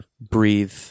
breathe